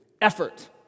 Effort